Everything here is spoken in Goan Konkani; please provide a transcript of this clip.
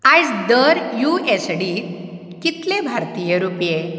आयज दर यू एस डीत कितले भारतीय रुपये